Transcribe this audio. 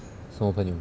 什么朋友